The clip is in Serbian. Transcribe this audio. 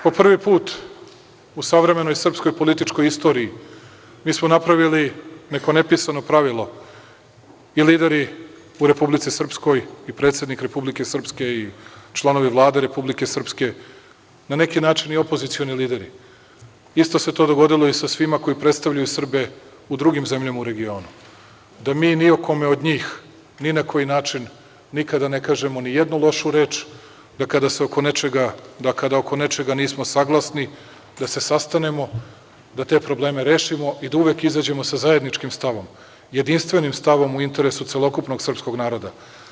Po prvi put u savremenoj srpskoj političkoj istoriji mi smo napravili neko nepisano pravilo i lideri u Republici Srpskoj i predsednik Republike Srpske i članovi Vlade Republike Srpske, na neki način i opozicioni lideri, isto to se dogodilo i sa svima koji predstavljaju Srbe u drugim zemljama u regionu, da mi ni o kome od njih ni na koji način nikada ne kažemo ni jednu lošu reč, da kada oko nečega nismo saglasni da se sastanemo i da te probleme rešimo i uvek izađemo sa zajedničkim stavom, jedinstvenim stavom u interesu celokupnog srpskog naroda.